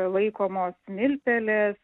laikomos smiltpelės